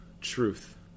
Truth